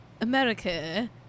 America